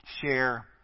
share